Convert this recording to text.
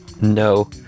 No